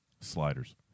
Sliders